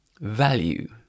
Value